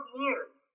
years